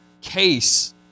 case